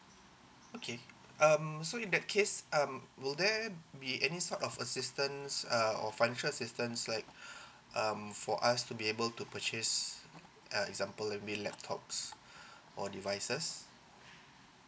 okay um so in that case um will there be any sort of assistance err or financial assistance like um for us to be able to purchase uh example new laptops or devices